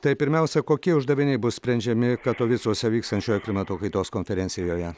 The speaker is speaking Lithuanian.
tai pirmiausia kokie uždaviniai bus sprendžiami katovicuose vykstančioje klimato kaitos konferencijoje